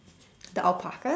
the alpacas